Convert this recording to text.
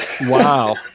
Wow